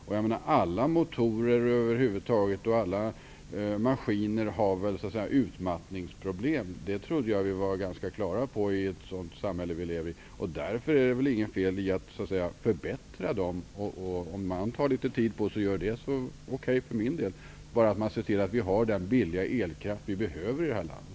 Alla motorer och maskiner över huvud taget har så att säga utmattningsproblem. Det trodde jag att vi var på det klara med i ett sådant samhälle som vi lever i. Därför är det väl inget fel i att förbättra dem. Om man tar litet tid på sig är det för min del okej, om man bara ser till att vi får den billiga elkraft som vi behöver i det här landet.